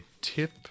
tip